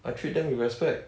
I treat them with respect